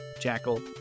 Jackal